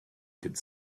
could